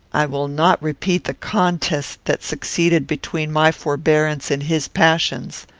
i will not repeat the contest that succeeded between my forbearance and his passions.